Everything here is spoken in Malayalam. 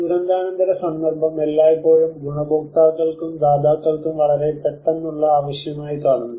ദുരന്താനന്തര സന്ദർഭം എല്ലായ്പ്പോഴും ഗുണഭോക്താക്കൾക്കും ദാതാക്കൾക്കും വളരെ പെട്ടെന്നുള്ള ആവശ്യമായി കാണുന്നു